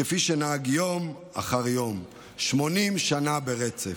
כפי שנהג יום אחר יום, 80 שנה ברצף.